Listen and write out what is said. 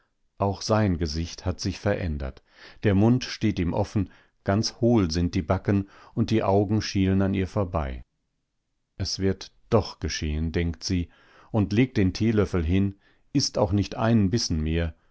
auch sein gesicht hat sich verändert der mund steht ihm offen ganz hohl sind die backen und die augen schielen an ihr vorbei es wird doch geschehen denkt sie und legt den teelöffel hin ißt auch nicht einen bissen mehr